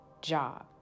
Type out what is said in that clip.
job